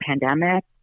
pandemic